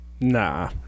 Nah